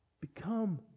Become